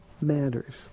matters